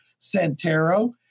Santero